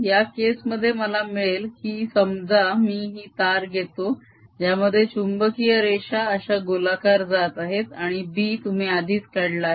या केस मध्ये मला मिळेल की समजा मी ही तार घेतो ज्यामध्ये चुंबकीय रेषा अश्या गोलाकार जात आहेत आणि b तुम्ही आधीच काढला आहे